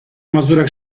mazurek